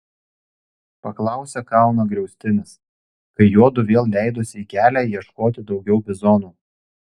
paklausė kalno griaustinis kai juodu vėl leidosi į kelią ieškoti daugiau bizonų